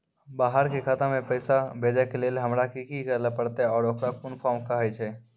बाहर के खाता मे पैसा भेजै के लेल हमरा की करै ला परतै आ ओकरा कुन फॉर्म कहैय छै?